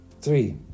Three